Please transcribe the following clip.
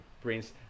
Prince